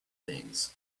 things